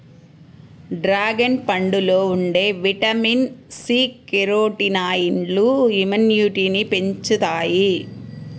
dragon పండులో ఉండే vitamin C, కెరోటినాయిడ్లు ఇమ్యునిటీని పెంచుతాయి